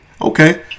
Okay